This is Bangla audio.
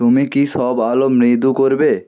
তুমি কি সব আলো মৃদু করবে